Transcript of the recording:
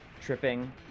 tripping